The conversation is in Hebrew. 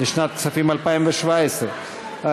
2018,